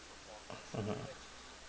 mmhmm